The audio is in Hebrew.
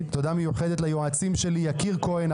מיוחדת ליועצים שלי יקיר כהן,